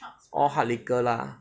all hard liquor lah